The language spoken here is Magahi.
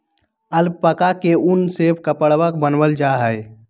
अलपाका के उन से कपड़वन बनावाल जा हई